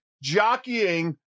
jockeying